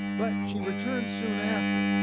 but she returned soon after.